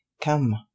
come